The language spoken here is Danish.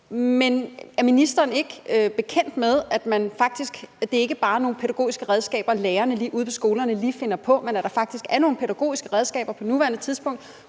Men er ministeren ikke bekendt med, at det ikke bare er nogle pædagogiske redskaber, lærerne ude på skolerne lige finder på, men at der faktisk er nogle pædagogiske redskaber på nuværende tidspunkt